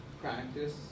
practice